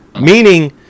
Meaning